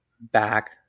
back